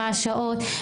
מה השעות.